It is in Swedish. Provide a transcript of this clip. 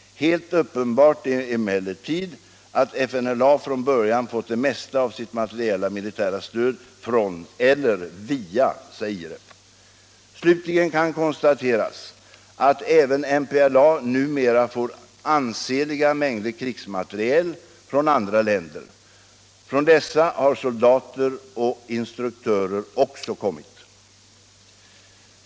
Helt uppenbart är emellertid att FNLA från början fått det mesta av sitt materiella militära stöd från eller via Zaire. Slutligen skall konstateras att även MPLA numera får ansenliga mängder krigsmateriel från andra länder. Från dessa har soldater och instruktörer också kommit.